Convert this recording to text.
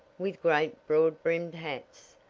with great, broad-brimmed hats,